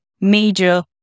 major